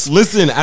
listen